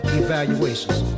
evaluations